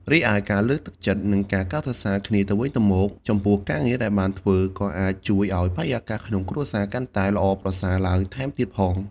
រីឯ ការលើកទឹកចិត្ត និងការកោតសរសើរគ្នាទៅវិញទៅមកចំពោះការងារដែលបានធ្វើ ក៏អាចជួយឲ្យបរិយាកាសក្នុងគ្រួសារកាន់តែល្អប្រសើរឡើងថែមទៀតផង។